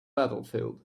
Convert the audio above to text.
battlefield